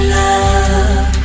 love